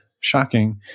Shocking